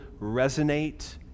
resonate